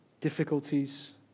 Difficulties